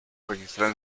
registrado